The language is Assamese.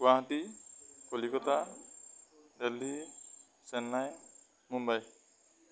গুৱাহাটী কলিকতা দিল্লী চেন্নাই মুম্বাই